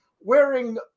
wearing